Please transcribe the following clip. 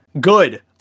Good